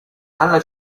alla